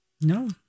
No